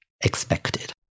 expected